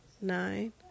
Nine